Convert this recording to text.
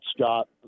scott